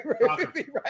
right